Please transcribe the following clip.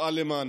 נפעל למענם.